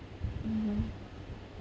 mmhmm